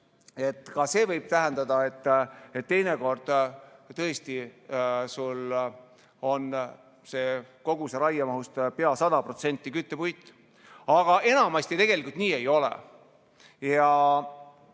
Ka see võib tähendada, et teinekord tõesti sul on kogu raiemahust pea 100% küttepuit, aga enamasti tegelikult nii ei ole.